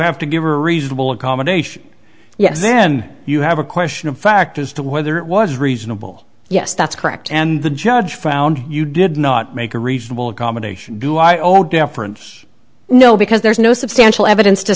have to give her reasonable accommodation yes then you have a question of fact as to whether it was reasonable yes that's correct and the judge found you did not make a reasonable accommodation do i owe deference no because there's no substantial evidence to